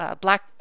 black